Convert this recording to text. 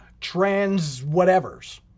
trans-whatevers